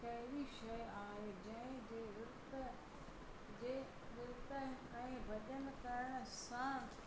कहिड़ी शइ आहे जंहिं जे विर्तु जे विर्तु ऐं भॼन करण सां